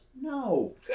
no